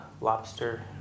lobster